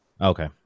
Okay